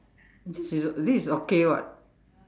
this is okay [what]